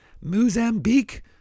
Mozambique